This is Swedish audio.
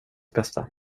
bästa